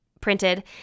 printed